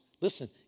Listen